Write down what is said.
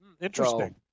Interesting